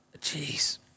jeez